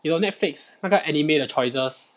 you know Netflix 那个 anime 的 choices